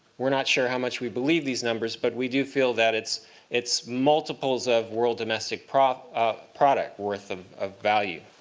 we're not sure how much we believe these numbers, but we do feel that it's it's multiples of world domestic product ah product worth of of value.